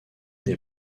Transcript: des